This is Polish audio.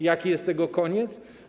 Jaki jest tego koniec?